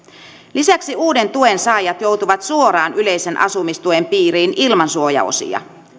lisäksi uudet tuensaajat joutuvat suoraan yleisen asumistuen piiriin ilman suojaosia